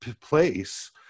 place